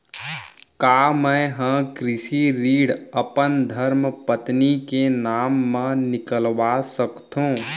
का मैं ह कृषि ऋण अपन धर्मपत्नी के नाम मा निकलवा सकथो?